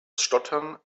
stottern